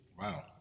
wow